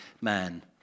man